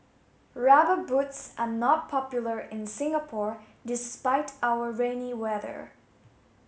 rubber boots are not popular in Singapore despite our rainy weather